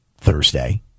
Thursday